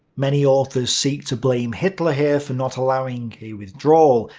many authors seek to blame hitler here for not allowing a withdrawal,